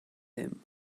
him